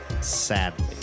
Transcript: Sadly